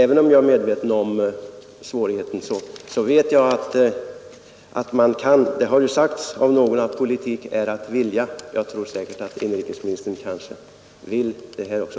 Även om jag är medveten om svårigheten tror jag att man kan. Det har ju sagts av någon att politik är att vilja. Jag hoppas att inrikesministern vill det här också.